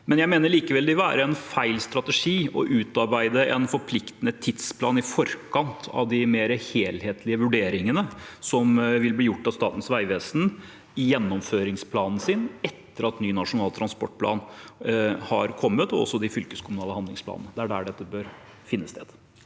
Jeg mener likevel det vil være feil strategi å utarbeide en forpliktende tidsplan i forkant av de mer helhetlige vurderingene som vil bli gjort av Statens vegvesen i deres gjennomføringsplan etter at ny nasjonal transportplan og de fylkeskommunale handlingsplanene har kommet. Det er der dette bør finne sted.